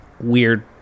weird